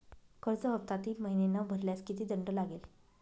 कर्ज हफ्ता तीन महिने न भरल्यास किती दंड लागेल?